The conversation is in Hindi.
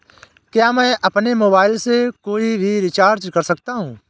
क्या मैं अपने मोबाइल से कोई भी रिचार्ज कर सकता हूँ?